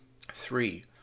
Three